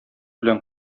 белән